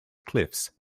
cliffs